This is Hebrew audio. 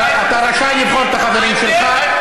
אתה רשאי לבחור את החברים שלך.